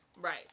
Right